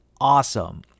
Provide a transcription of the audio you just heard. awesome